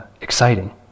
exciting